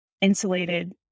insulated